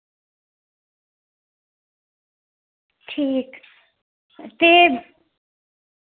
ठीक ते